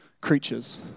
creatures